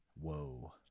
Whoa